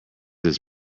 its